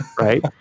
right